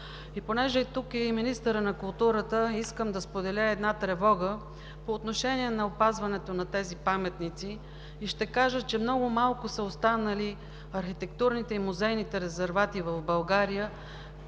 Понеже тук е и министърът на културата искам да споделя една тревога по отношение опазването на тези паметници и ще кажа, че много малко са останали архитектурните и музейните резервати в България,